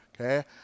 Okay